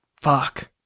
Fuck